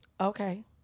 okay